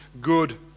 good